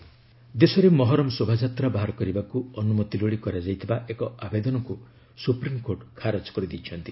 SC Muharram ଦେଶରେ ମହରମ ଶୋଭାଯାତ୍ରା ବାହାର କରିବାକୁ ଅନୁମତି ଲୋଡି କରାଯାଇଥିବା ଏକ ଆବେଦନକୁ ସୁପ୍ରିମକୋର୍ଟ ଖାରଜ କରିଦେଇଛନ୍ତି